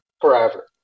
forever